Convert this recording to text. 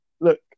look